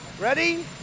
Ready